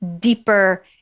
deeper